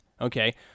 okay